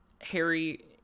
Harry